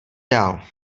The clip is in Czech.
dál